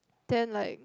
then like